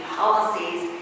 policies